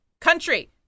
country